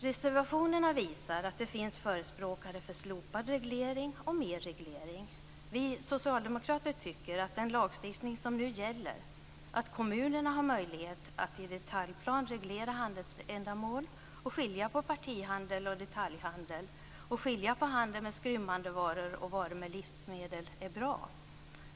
Reservationerna visar att det finns förespråkare för slopad reglering och mer reglering. Vi socialdemokrater tycker att den lagstiftning som nu gäller, att kommunerna har möjlighet att i detaljplan reglera handelsändamål och skilja på partihandel och detaljhandel och skilja på handel med skrymmande varor och handel med livsmedel, är bra.